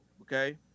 okay